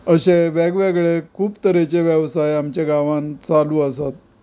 अशें वेगळे वेगळे खूब तरेचे वेवसाय आमच्या गांवांत आसा